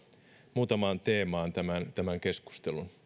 muutamaan teemaan tämän tämän keskustelun